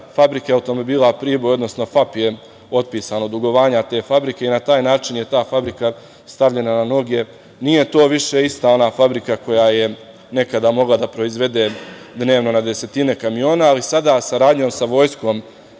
fabrike automobila „Priboj“ odnosno FAP je otpisan od dugovanja te fabrike na taj način je ta fabrika stavljena na noge. Nije to više ista ona fabrika koja je nekada mogla da proizvede dnevno na desetine kamiona, ali sada saradnjom sa Vojskom